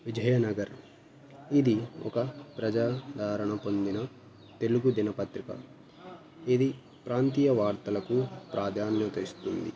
విజయనగర్ ఇది ఒక ప్రజాదారణ పొందిన తెలుగు దినపత్రిక ఇది ప్రాంతీయ వార్తలకు ప్రాధాన్యతస్తుంది